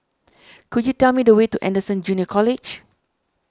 could you tell me the way to Anderson Junior College